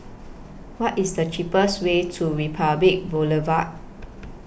What IS The cheapest Way to Republic Boulevard